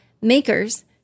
Makers